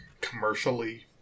commercially